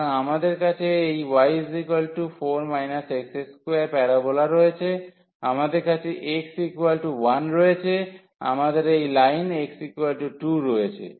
সুতরাং আমাদের কাছে এই y4 x2 প্যারাবোলা রয়েছে আমাদের কাছে x1 রয়েছে আমাদের এই লাইন x2 রয়েছে